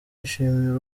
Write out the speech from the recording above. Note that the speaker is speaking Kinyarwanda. yashimiye